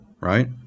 right